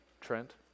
Trent